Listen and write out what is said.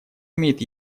имеет